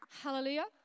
Hallelujah